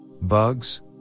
bugs